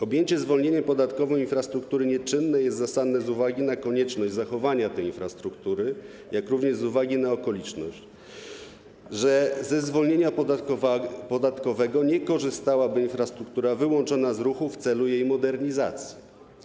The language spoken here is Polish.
Objęcie zwolnieniem podatkowym infrastruktury nieczynnej jest zasadne z uwagi na konieczność zachowania tej infrastruktury, jak również z uwagi na to, że ze zwolnienia podatkowego nie korzystałaby infrastruktura wyłączona z ruchu w celu jej modernizacji.